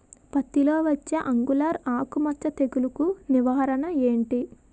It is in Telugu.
పత్తి లో వచ్చే ఆంగులర్ ఆకు మచ్చ తెగులు కు నివారణ ఎంటి?